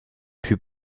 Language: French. puis